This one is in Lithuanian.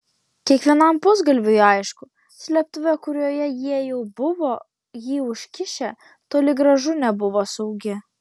kiekvienam pusgalviui aišku slėptuvė kurioje jie jau buvo jį užkišę toli gražu nebuvo saugi